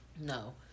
No